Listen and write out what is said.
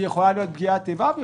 היא יכולה להיות פגיעת איבה והיא